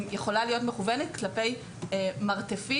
היא יכולה להיות מכוונת כלפי מרתפים,